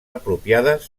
apropiades